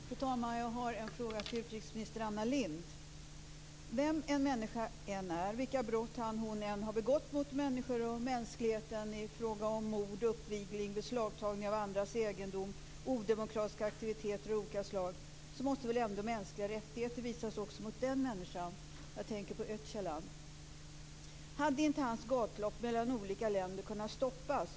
Fru talman! Jag har en fråga till utrikesminister Anna Lindh. Vem en människa än är, vilka brott han eller hon än har begått mot människor och mot mänskligheten i fråga om mord, uppvigling, beslagtagande av andras egendom och odemokratiska aktiviteter av olika slag, måste väl ändå mänskliga rättigheter visas också mot den människan? Jag tänker på Öcalan. Hade inte hans gatlopp mellan olika länder kunnat stoppas?